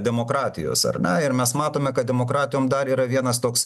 demokratijos ar ne ir mes matome kad demokratijom dar yra vienas toks